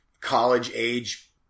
college-age